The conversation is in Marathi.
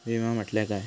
विमा म्हटल्या काय?